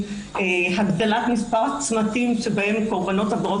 הגדלת מספר הצמתים שבהם קורבנות עבירות